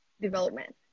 development